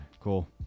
Cool